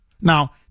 Now